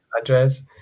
address